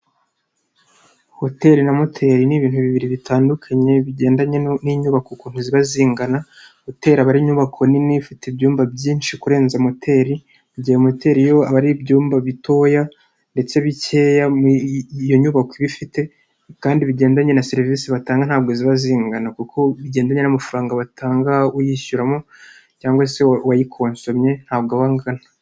Hoteli na moteri ni ibintu bibiri bitandukanye, bigendanye n'inyubako ukuntu ziba zingana. Hoteli aba ari inyubako nini ifite ibyumba byinshi kurenza moteri. Mu gihe moteri yo aba ari ibyumba bitoya ndetse bikeya, iyo nyubako iba ifite kandi bigendanye na serivisi batanga ntabwo ziba zingana kuko bigendanye n'amafaranga batanga uyishyuramo cyangwa se wayikonsomye ntabwo aba angana.